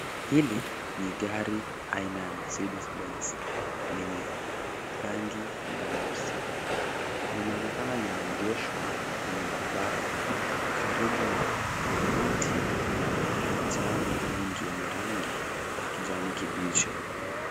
Hili ni gari aina ya Mercedes Benz, lenye rangi nyeusi. Linaonekana limeegeshwa kwenye barabara, karibu na miti na majani mengi yenye rangi ya kijani kibichi.